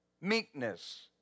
Meekness